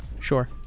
Sure